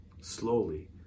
Slowly